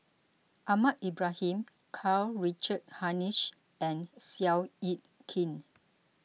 Ahmad Ibrahim Karl Richard Hanitsch and Seow Yit Kin